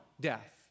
death